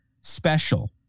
special